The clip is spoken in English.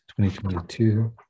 2022